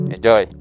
Enjoy